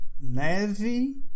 Neve